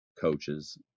coaches